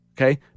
Okay